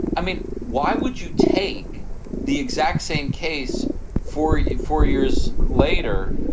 i mean, why would you take the exact same case for it four years later?